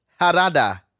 Harada